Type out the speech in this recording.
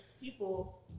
people